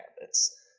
habits